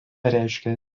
reiškia